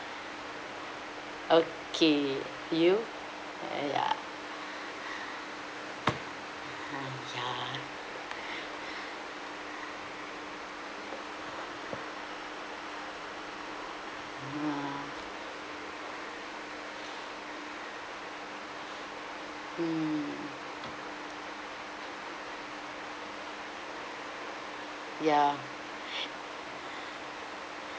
okay you ya !aiya! ah mm ya